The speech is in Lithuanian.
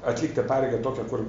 atlikti pareigą tokią kur